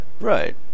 right